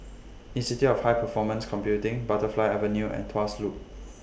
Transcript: Institute of High Performance Computing Butterfly Avenue and Tuas Loop